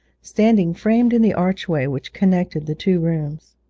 standing framed in the archway which connected the two rooms.